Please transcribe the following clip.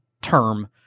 term